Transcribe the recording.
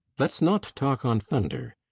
let s not talk on thunder.